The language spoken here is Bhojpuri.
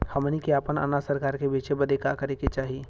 हमनी के आपन अनाज सरकार के बेचे बदे का करे के चाही?